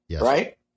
right